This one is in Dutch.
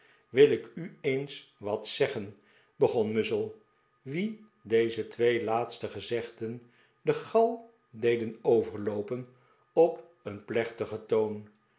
wil ik u eens wat zeggen begon muzzle wien deze twee laatste gezegden de gal deden overloopen op een plechtigen toon